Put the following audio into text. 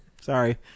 Sorry